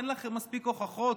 אין לכם מספיק הוכחות,